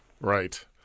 Right